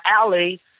alley